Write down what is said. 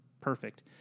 Perfect